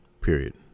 period